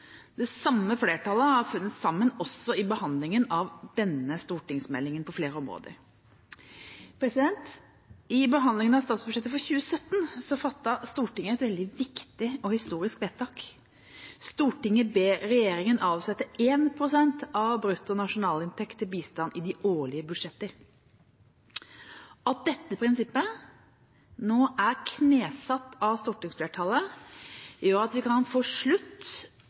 Det samme flertallet har funnet sammen også i behandlingen av denne stortingsmeldinga på flere områder. I behandlingen av statsbudsjettet for 2017 fattet Stortinget et veldig viktig og historisk vedtak. Stortinget ber regjeringa avsette 1 pst. av bruttonasjonalinntekt til bistand i de årlige budsjetter. At dette prinsippet nå er knesatt av stortingsflertallet, gjør at vi kan få slutt